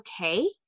okay